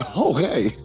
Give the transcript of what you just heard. Okay